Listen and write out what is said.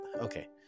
Okay